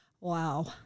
Wow